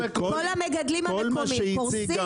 כל המגדלים המקומיים קורסים.